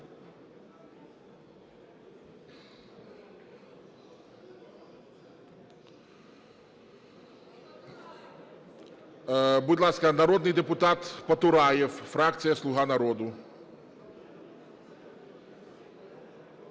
Будь ласка, народний депутат Потураєв, фракція "Слуга народу".